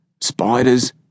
spiders